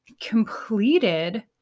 completed